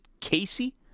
Casey